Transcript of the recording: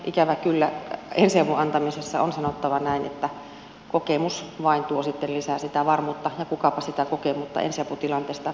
ikävä kyllä ensiavun antamisesta on sanottava näin että vain kokemus tuo sitten lisää sitä varmuutta ja kukapa sitä kokemusta ensiaputilanteesta nimenomaisesti haluaa